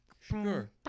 Sure